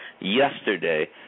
yesterday